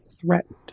threatened